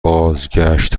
بازگشت